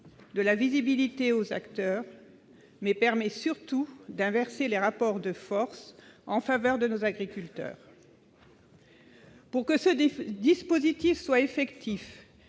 de la visibilité aux acteurs et permet, surtout, d'inverser les rapports de force en faveur de nos agriculteurs. Pour que ce dispositif soit effectif